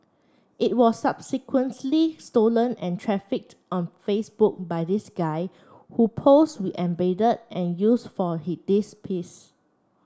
it was stolen and trafficked on Facebook by this guy who posts we embedded and use for this piece